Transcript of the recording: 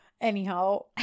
anyhow